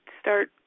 start